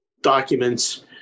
documents